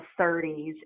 30s